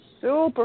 super